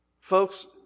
Folks